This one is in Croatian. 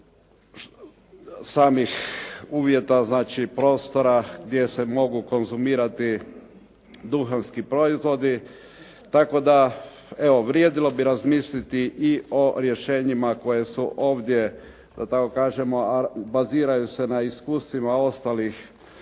samih uvjeta, znači prostora gdje se mogu konzumirati duhanski proizvodi, tako da, evo vrijedilo bi razmisliti i o rješenjima koja su ovdje, da tako kažemo baziraju se na iskustvima ostalih